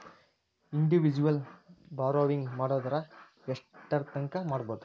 Individual borrowing ಮಾಡೊದಾರ ಯೆಷ್ಟರ್ತಂಕಾ ಮಾಡ್ಬೋದು?